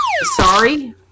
sorry